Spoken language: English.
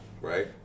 right